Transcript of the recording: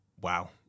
wow